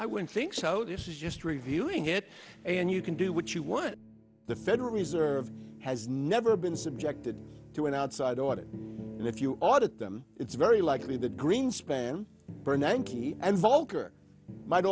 wouldn't think so this is just reviewing it and you can do what you want the federal reserve has never been subjected to an outside audit and if you audit them it's very likely that greenspan bernanke and volcker might